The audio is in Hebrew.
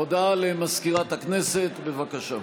הודעה למזכירת הכנסת, בבקשה.